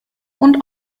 und